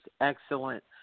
excellent